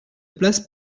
place